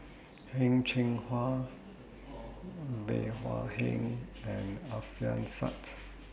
Heng Cheng Hwa Bey Hua Heng and Alfian Sa'at